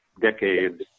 decades